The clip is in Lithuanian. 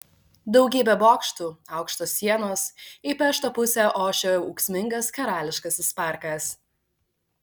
daugybė bokštų aukštos sienos į pešto pusę ošia ūksmingas karališkasis parkas